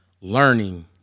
learning